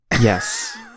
Yes